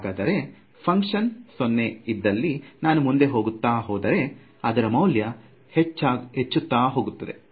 ಹಾಗಾದರೆ ಫುನಕ್ಷನ್ 0 ಇದ್ದಲ್ಲಿ ನಾನು ಮುಂದೆ ಹೋಗುತ್ತಾ ಹೋದರೆ ಇದರ ಮೌಲ್ಯ ಹೆಚ್ಚುತ್ತಾ ಹೋಗುತ್ತದೆ